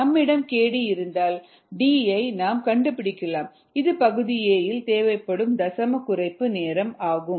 நம்மிடம் kd இருந்தால் D ஐ நாம் கண்டுபிடிக்கலாம் இது பகுதி a ல் தேவைப்படும் தசம குறைப்பு நேரம் ஆகும்